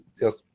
Yes